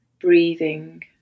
breathing